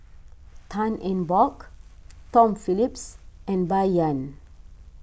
Tan Eng Bock Tom Phillips and Bai Yan